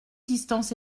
distance